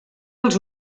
els